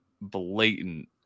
blatant